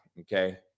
Okay